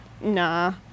Nah